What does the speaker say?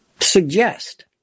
suggest